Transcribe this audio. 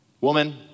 woman